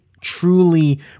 truly